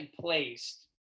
placed